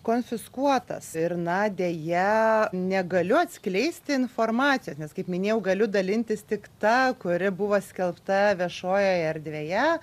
konfiskuotas ir na deja negaliu atskleisti informacijos nes kaip minėjau galiu dalintis tik ta kuri buvo skelbta viešojoje erdvėje